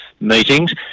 meetings